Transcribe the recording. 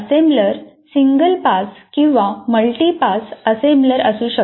assembler single pass किंवा multi pass assembler असू शकतात